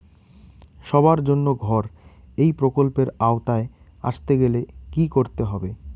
সবার জন্য ঘর এই প্রকল্পের আওতায় আসতে গেলে কি করতে হবে?